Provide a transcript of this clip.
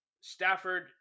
Stafford